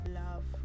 love